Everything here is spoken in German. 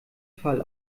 fall